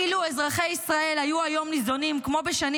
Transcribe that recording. אילו אזרחי ישראל היו היום ניזונים כמו בשנים